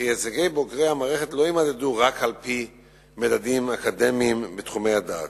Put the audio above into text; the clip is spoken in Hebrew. וכי הישגי בוגרי המערכת לא יימדדו רק על-פי מדדים אקדמיים בתחומי הדעת.